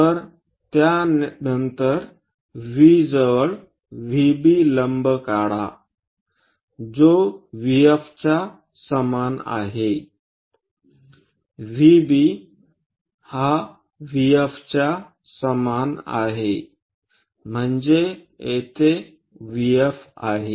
तर त्यानंतर V जवळ VB लंब काढा जो VF च्या समान आहेVB हा VF च्या समान आहे म्हणजे येथे VF आहे